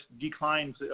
declines